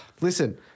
listen